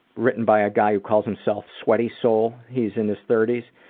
written by a guy who calls himself sweaty soul. he's in his thirties.